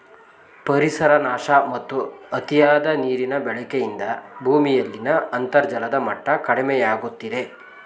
ಪರಿಸರ ನಾಶ ಮತ್ತು ಅತಿಯಾದ ನೀರಿನ ಬಳಕೆಯಿಂದ ಭೂಮಿಯಲ್ಲಿನ ಅಂತರ್ಜಲದ ಮಟ್ಟ ಕಡಿಮೆಯಾಗುತ್ತಿದೆ